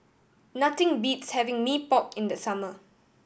nothing beats having Mee Pok in the summer